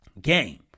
game